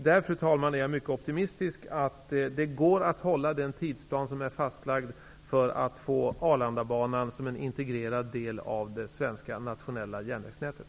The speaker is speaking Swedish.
Där, fru talman, är jag mycket optimistisk om att det går att hålla den tidsplan som är fastlagd för att få Arlandabanan som en integrerad del av det svenska nationella järnvägsnätet.